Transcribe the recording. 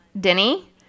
Denny